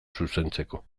zuzentzeko